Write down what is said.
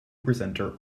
presenter